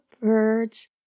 birds